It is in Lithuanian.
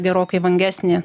gerokai vangesnį